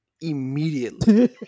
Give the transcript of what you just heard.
immediately